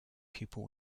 pupil